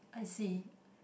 I see